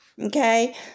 okay